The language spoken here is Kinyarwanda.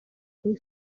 kuri